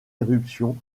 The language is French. éruption